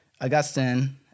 Augustine